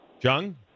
Jung